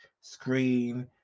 screen